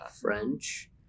French